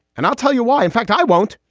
and i'll tell you why. in fact, i won't.